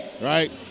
right